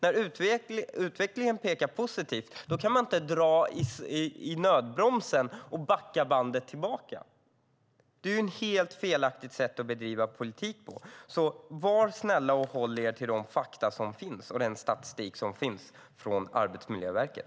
När utvecklingen är positiv kan man inte dra i nödbromsen och backa. Det är ett helt felaktigt sätt att bedriva politik på. Var snälla och håll er till fakta och till den statistik som finns från Arbetsmiljöverket.